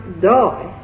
die